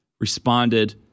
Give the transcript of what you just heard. responded